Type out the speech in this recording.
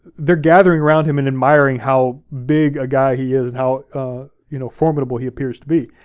they're gathering around him and admiring how big a guy he is, and how you know formidable he appears to be.